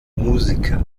musiker